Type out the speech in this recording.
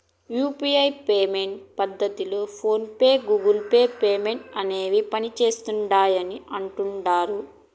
UPI payment పద్దతిలో PhonePe, Google Pay, Paytm అనేవి పనిసేస్తిండాయని అంటుడారు